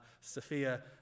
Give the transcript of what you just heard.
Sophia